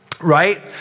right